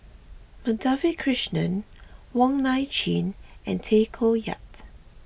Madhavi Krishnan Wong Nai Chin and Tay Koh Yat